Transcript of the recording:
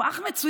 הוא אח מצוין.